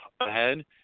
ahead